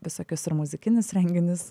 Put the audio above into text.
visokius ir muzikinius renginius